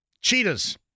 Cheetahs